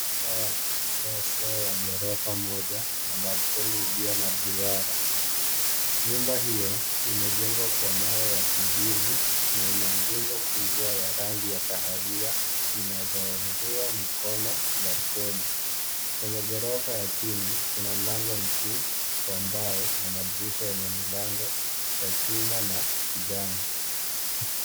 Nyumba ya kisasa ya ghorofa moja na balcony iliyo na duara. Nyumba hiyo imejengwa kwa mawe ya kijivu na ina nguzo kubwa ya rangi ya kahawia zinazounga mkono balcony . Kwenye ghorofa ya chini, kuna mlango mkuu wa mbao na madirisha yenye milango ya chuma na kijani.